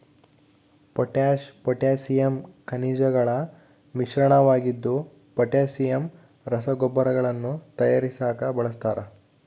potash potassium ಖನಿಜಗಳ ಮಿಶ್ರಣವಾಗಿದ್ದು potassium ರಸಗೊಬ್ಬರಗಳನ್ನು ತಯಾರಿಸಾಕ ಬಳಸ್ತಾರ